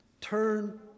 turn